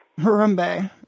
Harambe